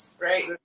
right